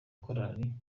korali